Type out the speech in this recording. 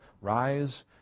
Rise